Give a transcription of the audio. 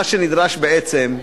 מה שנדרש בעצם,